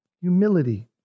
Humility